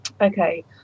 Okay